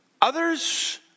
Others